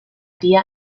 tia